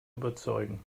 überzeugen